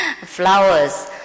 Flowers